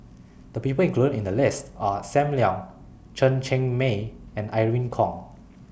The People included in The list Are SAM Leong Chen Cheng Mei and Irene Khong